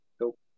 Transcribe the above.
nope